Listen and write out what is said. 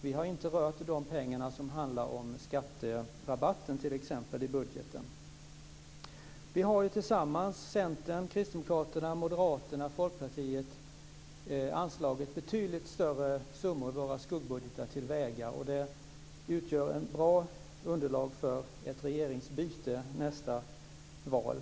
Vi har inte rört de pengar som handlar om t.ex. skatterabatten i budgeten. Vi har tillsammans - Centern, Kristdemokraterna, Moderaterna, Folkpartiet - anslagit betydligt större summor i våra skuggbudgetar till våra vägar. Det utgör ett bra underlag för ett regeringsbyte vid nästa val.